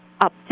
up